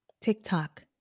TikTok